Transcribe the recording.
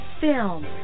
film